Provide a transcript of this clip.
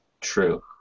True